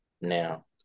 now